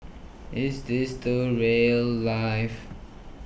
is this the rail life